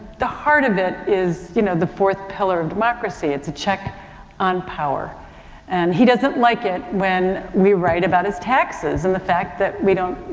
the heart of it is, you know, the fourth pillar of democracy. it's a check on power and he doesn't like it when we write about his taxes and the fact that we don't,